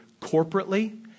corporately